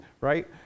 right